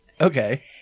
Okay